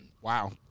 Wow